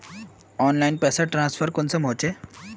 Online पैसा transfer कुंसम होचे?